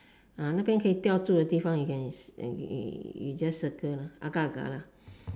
ah 那边可以吊住的地方 you can you just circle lah agak agak lah